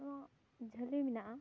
ᱡᱷᱟᱹᱞᱤ ᱢᱮᱱᱟᱜᱼᱟ